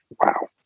Wow